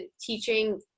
teaching